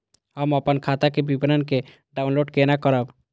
हम अपन खाता के विवरण के डाउनलोड केना करब?